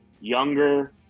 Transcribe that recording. younger